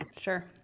Sure